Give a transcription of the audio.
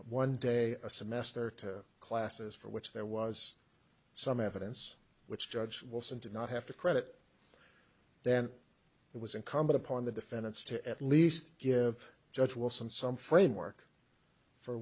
one day a semester to classes for which there was some evidence which judge wilson did not have to credit then it was incumbent upon the defendants to at least give judge wilson some framework for